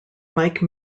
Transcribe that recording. mike